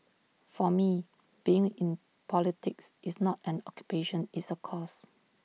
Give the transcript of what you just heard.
for me being in politics is not an occupation it's A cause